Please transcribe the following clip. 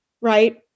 right